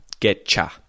Getcha